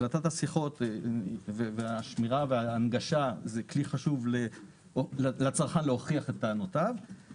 הקלטת השיחות והשמירה וההנגשה זה כלי חשוב לצרכן להוכיח את טענותיו,